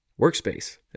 workspace